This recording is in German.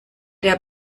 der